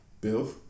bill